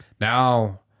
Now